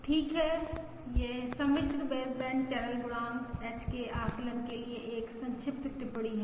ठीक है यह सम्मिश्र बेसबैंड चैनल गुणांक h के आकलन के लिए एक संक्षिप्त टिप्पणी है